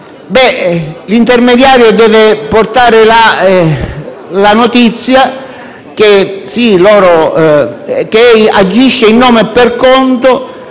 l'intermediario deve portare la notizia che agisce in nome e per conto